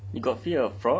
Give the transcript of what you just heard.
you got fear of frogs